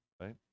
right